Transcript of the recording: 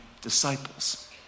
disciples